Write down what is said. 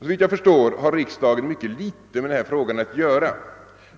Såvitt jag förstår har riksdagen mycket litet med denna fråga att göra.